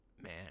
man